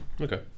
Okay